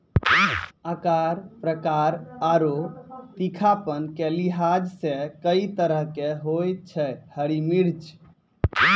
आकार, प्रकार आरो तीखापन के लिहाज सॅ कई तरह के होय छै हरी मिर्च